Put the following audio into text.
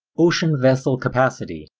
ocean vessel capacity,